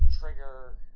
trigger